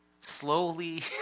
slowly